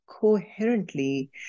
coherently